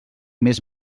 més